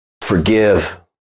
Forgive